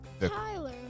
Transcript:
Tyler